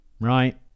right